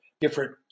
different